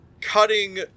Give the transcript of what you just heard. cutting